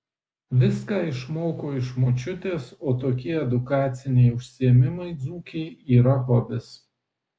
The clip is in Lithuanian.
viską išmoko iš močiutės o tokie edukaciniai užsiėmimai dzūkei yra hobis